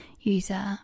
user